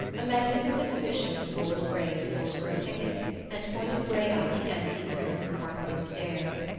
a magnificent official in gold braid sold her a ticket and pointed the way up the empty crimson-carpeted stairs.